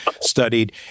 studied